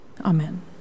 Amen